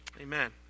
Amen